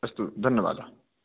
अस्तु धन्यवादः